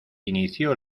inició